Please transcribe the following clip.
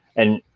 and